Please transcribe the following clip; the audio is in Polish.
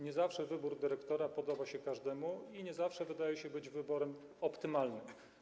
Nie zawsze wybór dyrektora podoba się każdemu i nie zawsze wydaje się być wyborem optymalnym.